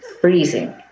freezing